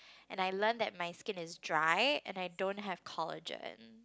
and I learn that my skin is dry and I don't have collagen